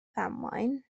ddamwain